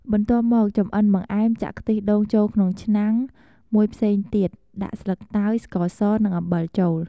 បន្ទាប់មក ចម្អិនបង្អែម ចាក់ខ្ទិះដូងចូលក្នុងឆ្នាំងមួយផ្សេងទៀត ដាក់ស្លឹកតើយ ស្ករស និងអំបិលចូល។